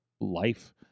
life